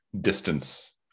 distance